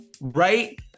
Right